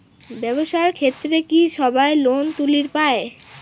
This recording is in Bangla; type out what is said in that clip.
ব্যবসার ক্ষেত্রে কি সবায় লোন তুলির পায়?